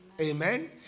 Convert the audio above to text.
Amen